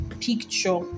picture